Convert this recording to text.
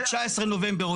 ב-19 לנובמבר,